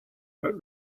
but